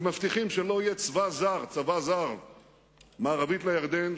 שמבטיחים שלא יהיה צבא זר מערבית לירדן,